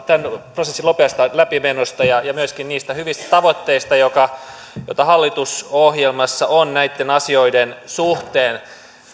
tämän prosessin nopeasta läpimenosta ja ja myöskin niistä hyvistä tavoitteista joita hallitusohjelmassa on näitten asioiden suhteen